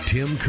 Tim